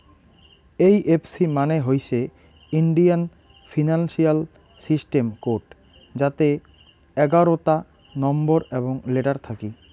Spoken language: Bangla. এই এফ সি মানে হইসে ইন্ডিয়ান ফিনান্সিয়াল সিস্টেম কোড যাতে এগারোতা নম্বর এবং লেটার থাকি